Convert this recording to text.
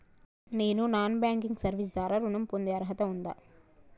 నేను non banking service ద్వారా ఋణం పొందే అర్హత ఉందా?